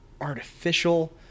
artificial